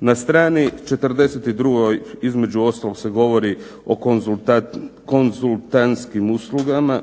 Na strani 42. između ostalog se govori o konzultantskim uslugama,